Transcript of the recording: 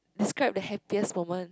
describe the happiest moment